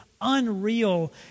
unreal